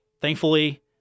Thankfully